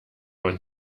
man